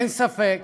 אין ספק